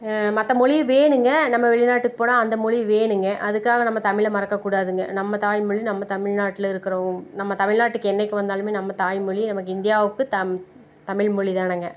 மற்ற மொழி வேணுங்க நம்ம வெளிநாட்டுக்கு போனால் அந்த மொழி வேணுங்க அதுக்காக நம்ம தமிழை மறக்கக்கூடாதுங்க நம்ம தாய்மொழி நம்ம தமிழ்நாட்டில் இருக்கிறோம் நம்ம தமிழ்நாட்டுக்கு என்றைக்கி வந்தாலுமே நம்ம தாய்மொழி நமக்கு இந்தியாவுக்கு தம் தமிழ்மொழிதானேங்க